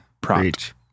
preach